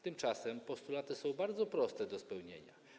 Tymczasem postulaty są bardzo proste do spełnienia.